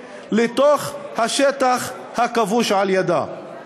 לתוך השטח הכבוש על-ידיה.